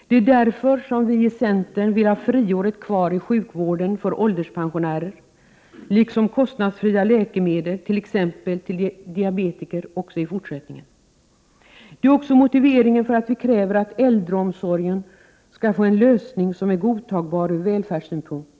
Det är därför som vi i centern vill ha kvar friåret i sjukvården för ålderspensionärer liksom kostnadsfria läkemedel t.ex. till diabetiker. Det är också motiveringen till att vi kräver att frågan om äldreomsorgen skall få en lösning som är godtagbar ur välfärdssynpunkt.